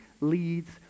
leads